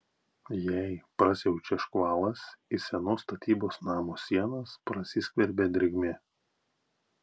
jei prasiaučia škvalas į senos statybos namo sienas prasiskverbia drėgmė